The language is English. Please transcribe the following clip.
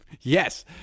Yes